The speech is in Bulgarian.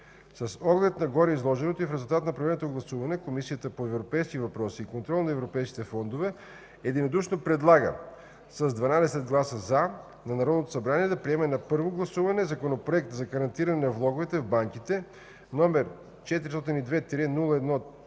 С оглед на гореизложеното и в резултат на проведеното гласуване Комисията по европейските въпроси и контрол на европейските фондове единодушно, с 12 гласа „за”, предлага на Народното събрание да приеме на първо гласуване Законопроект за гарантиране на влоговете в банките, № 402-01-13,